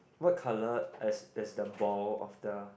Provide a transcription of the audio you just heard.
what colour is is the ball of the